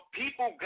people